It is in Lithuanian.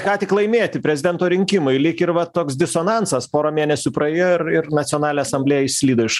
ką tik laimėti prezidento rinkimai lyg ir va toks disonansas porą mėnesių praėjo ir ir nacionalinė asamblėja išslydo iš